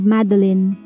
Madeline